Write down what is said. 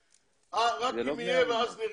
הכולל, רק אם יהיה ואז נראה.